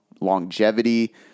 longevity